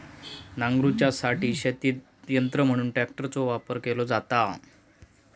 नांगरूच्यासाठी शेतीत यंत्र म्हणान ट्रॅक्टरचो वापर केलो जाता